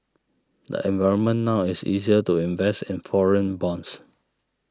the environment now is easier to invest in foreign bonds